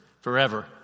forever